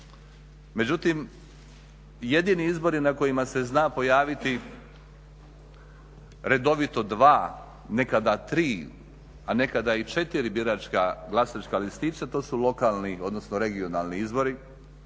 jedini izbori na kojima se zna pojaviti redovito dva, nekada tri, a nekada i četiri biračka glasačka listića to su lokalni odnosno regionalni izbori